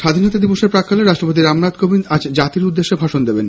স্বাধীনতা দিবসের প্রাক্কালে রাষ্ট্রপতি রামনাথ কোবিন্দ আজ জাতির উদ্দেশে ভাষণ দেবেন